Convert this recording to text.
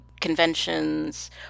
conventions